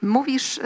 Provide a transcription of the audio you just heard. Mówisz